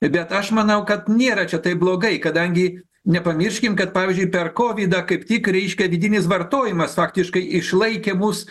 bet aš manau kad nėra čia taip blogai kadangi nepamirškim kad pavyzdžiui per kovidą kaip tik reiškia vidinis vartojimas faktiškai išlaikė mus